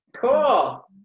Cool